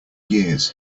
years